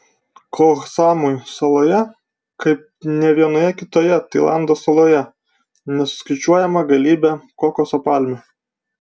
koh samui saloje kaip nė vienoje kitoje tailando saloje nesuskaičiuojama galybė kokoso palmių